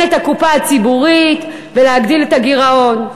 את הקופה הציבורית ולהגדיל את הגירעון.